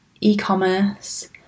e-commerce